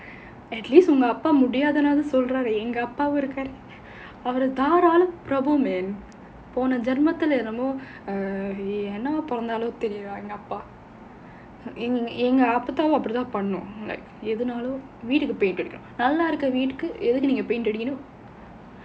at least உங்க அப்பா முடியாதுனாது சொல்றாரே எங்க அப்பாவும் இருக்காரே அவரு தாராள பிரபு போன ஜென்மத்துல என்னமோ என்னவா பொறந்தாரோ தெரில எங்க அப்பா எங்க அப்பத்தாவும் அப்டி தான் பண்ணும் எதுனாலும் வீட்டுக்கு:unga appa mudiyaathunathu solraarae enga appavum irukkaarae avaru thaarala prabu pona jenmathula ennamo ennava porantharo therila enga appa enga appathaavum apdi thaan pannum edhunaalum veetukku paint அடிக்கனும் நல்லா இருக்குற வீட்டுக்கு எதுக்கு நீங்க:adikkanum nallaa irukkura veetukku neenga paint அடிக்கனும்:adikkanum